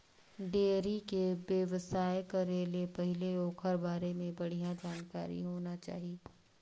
dairy के बेवसाय करे ले पहिले ओखर बारे में बड़िहा जानकारी होना चाही